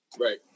right